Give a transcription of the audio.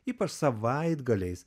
ypač savaitgaliais